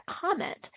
comment